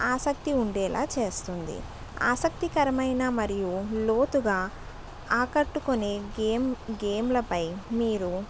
ఆసక్తి ఉండేలా చేస్తుంది ఆసక్తికరమైన మరియు లోతుగా ఆకట్టుకునే గేమ్ గేమ్లపై మీరు